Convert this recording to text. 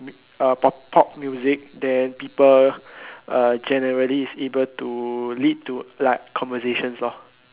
uh p~ pop music then people uh generally is able to lead to like conversations lor